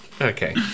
okay